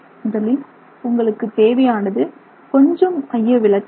முதலில் உங்களுக்கு தேவையானது கொஞ்சம் மையவிலக்கு விசை